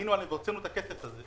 בנינו עליהן והוצאנו את הכסף הזה.